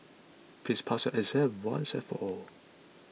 please pass your exam once and for all